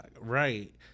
right